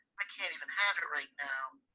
i can't even have it right now.